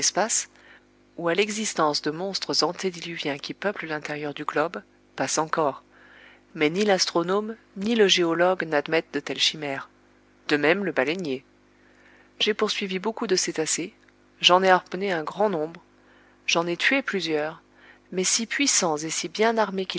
ou à l'existence de monstres antédiluviens qui peuplent l'intérieur du globe passe encore mais ni l'astronome ni le géologue n'admettent de telles chimères de même le baleinier j'ai poursuivi beaucoup de cétacés j'en ai harponné un grand nombre j'en ai tué plusieurs mais si puissants et si bien armés